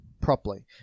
properly